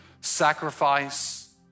sacrifice